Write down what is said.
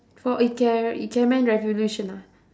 for ike~ ikemen-revolution ah